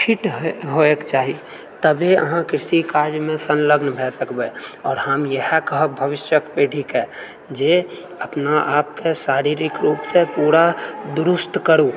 fit होएके चाही तभी अहाँ कृषि कार्यमे सङलग्न भए सकबै आओर हम इएह कहब भविष्यके पीढ़ीके जे अपना आपके शारीरिक रूपसँ पूरा दुरुस्त करु